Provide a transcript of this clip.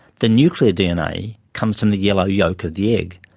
the nuclear dna comes from the yellow yolk of the egg,